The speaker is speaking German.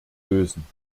lösen